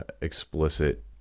explicit